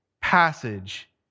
passage